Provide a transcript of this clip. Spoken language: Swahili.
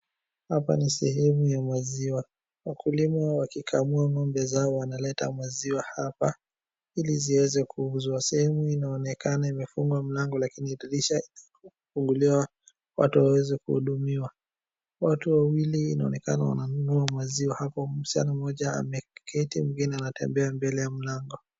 Hapa ni sehemu ya maziwa. Wakulima wakikamua ng'ombe zao wanaleta maziwa hapa ili zieze kuuzwa. Sehemu hii inaonekana imefungwa mlango lakini dirisha imefunguliwa watu waweze kuhudumiwa. Watu wawili inaonekana wananunua maziwa hapo. Msichana mmoja ameketi, mwingine anatembea mbele ya mlango.